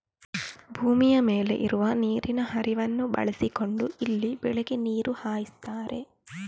ಭೂಮಿಯ ಮೇಲೆ ಇರುವ ನೀರಿನ ಹರಿವನ್ನ ಬಳಸಿಕೊಂಡು ಇಲ್ಲಿ ಬೆಳೆಗೆ ನೀರು ಹರಿಸ್ತಾರೆ